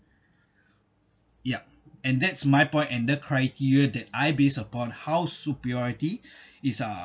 yup and that's my point and the criteria that I based upon how superiority is uh